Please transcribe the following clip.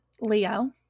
Leo